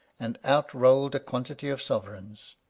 and out rolled a quantity of sovereigns.